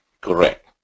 Correct